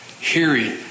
hearing